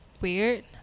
weird